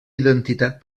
identitat